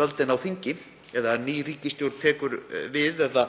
völdin á þingi eða ný ríkisstjórn tekur við eða